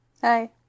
Hi